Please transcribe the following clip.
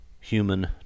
human